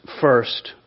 first